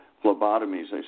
phlebotomies